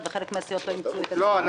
תקבלו שם את ההחלטה.